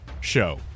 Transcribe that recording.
show